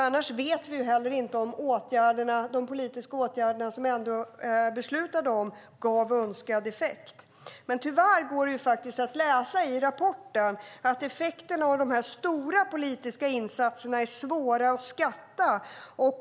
Annars vet vi inte om de beslutade politiska åtgärderna gav önskad effekt. I rapporten kan vi dock läsa att effekterna av de stora politiska insatserna är svåra att skatta.